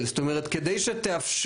זאת אומרת, כדי שתאפשרו,